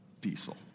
diesel